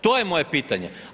To je moje pitanje.